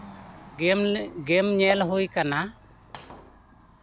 ᱜᱮᱢ ᱜᱮᱢ ᱧᱮᱞ ᱦᱩᱭ ᱟᱠᱟᱱᱟ